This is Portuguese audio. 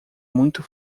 muito